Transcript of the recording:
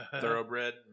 Thoroughbred